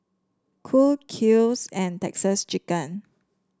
Cool Kiehl's and Texas Chicken